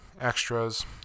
extras